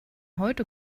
heute